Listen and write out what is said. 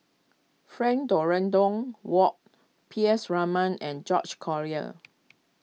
Frank Dorrington Ward P S Raman and George Collyer